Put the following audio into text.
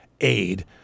aid